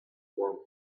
warm